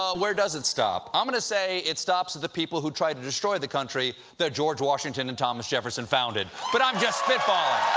ah where does it stop? i'm going to say it stops at the people who tried to destroy the country that george washington and thomas jefferson founded. but i'm just spitballing.